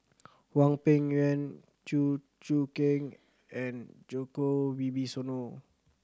Hwang Peng Yuan Chew Choo Keng and Djoko Wibisono